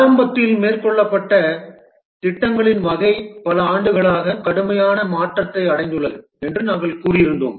ஆரம்பத்தில் மேற்கொள்ளப்பட்ட திட்டங்களின் வகை பல ஆண்டுகளாக கடுமையான மாற்றத்தை அடைந்துள்ளது என்று நாங்கள் கூறியிருந்தோம்